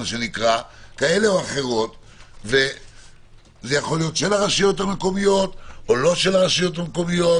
זה יכול להיות של הרשויות המקומיות או לא של הרשויות המקומיות,